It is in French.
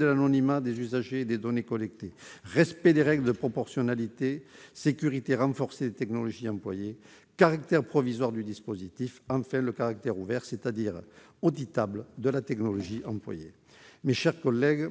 anonymat des usagers et des données collectées, respect des règles de proportionnalité, sécurité renforcée des technologies employées, caractère provisoire du dispositif, caractère ouvert, c'est-à-dire auditable, de la technologie employée. Mes chers collègues,